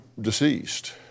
deceased